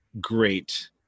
great